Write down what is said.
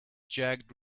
jagged